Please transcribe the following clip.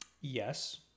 Yes